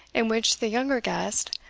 in which the younger guest,